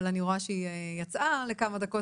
אבל אני רואה שהיא יצאה לכמה דקות,